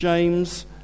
James